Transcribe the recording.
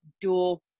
dual